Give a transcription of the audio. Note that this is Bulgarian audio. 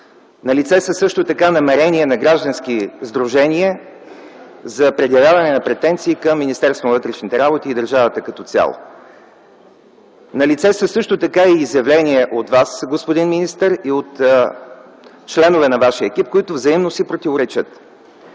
Налице са също така намерения на граждански сдружения за предявяване на претенции към Министерството на вътрешните работи и държавата като цяло. Налице са също така и изявления от Вас, господин министър, и от членове на Вашия екип, които взаимно си противоречат.